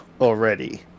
already